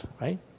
right